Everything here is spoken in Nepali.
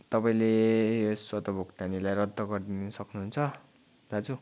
तपाईँले यो स्वतः भुक्तानीलाई रद्द गरिदिनुसक्नु हुन्छ दाजु